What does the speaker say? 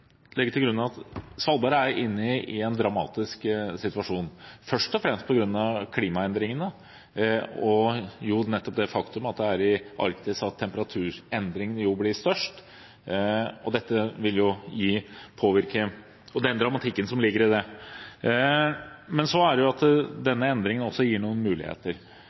legge til grunn at Svalbard er inne i en dramatisk situasjon, først og fremst på grunn av klimaendringene og nettopp det faktum at det er i Arktis at temperaturendringene jo blir størst, med den dramatikken som ligger i det. Men disse endringene gir også noen muligheter.